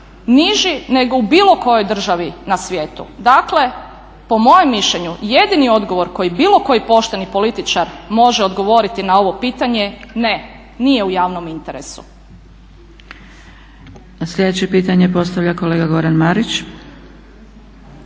niži nego u bilo kojoj državi na svijetu. Dakle, po mojem mišljenju jedini odgovor koji bilo koji pošteni političar može odgovoriti na ovo pitanje, ne, nije u javnom interesu. **Zgrebec, Dragica (SDP)** Sljedeće pitanje postavlja kolega Goran Marić.